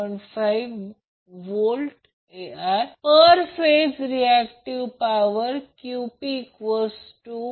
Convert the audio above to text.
per phase reactive power QP13QT311